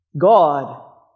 God